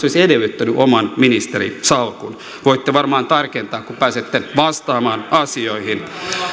olisi edellyttänyt oman ministerin salkun voitte varmaan tarkentaa kun pääsette vastaamaan asioihin